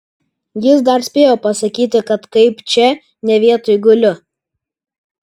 jis dar spėjo pasakyti kad kaip čia ne vietoj guliu